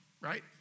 right